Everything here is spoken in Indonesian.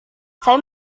saya